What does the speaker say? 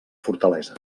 fortalesa